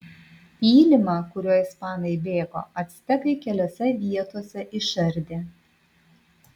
pylimą kuriuo ispanai bėgo actekai keliose vietose išardė